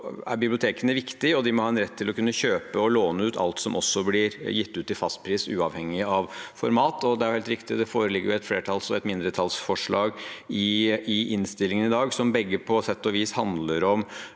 bibliotekene viktige, og de må ha en rett til å kunne kjøpe og låne ut alt som blir gitt ut, til fast pris, uavhengig av format. Det er helt riktig: Det foreligger et flertallsforslag og et mindretallsforslag i innstillingen i dag, som begge på sett og vis handler om